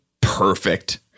perfect